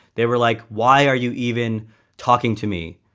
they were like, why are you even talking to me?